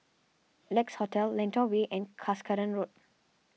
Lex Hotel Lentor Way and Cuscaden Road